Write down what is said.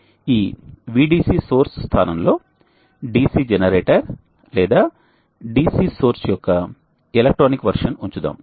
అందువల్ల ఈ Vdc source స్థానంలో DC జనరేటర్ లేదా DC సోర్స్ యొక్క ఎలక్ట్రానిక్ వెర్షన్ ఉంచుదాం